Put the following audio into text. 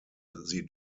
sie